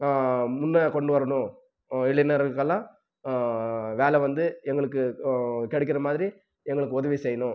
முன்னே கொண்டு வரணும் இளைஞர்களுக்கெல்லாம் வேலை வந்து எங்களுக்கும் கிடைக்கிற மாதிரி எங்களுக்கு உதவி செய்யணும்